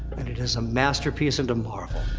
and it is a masterpiece and a marvel.